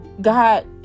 God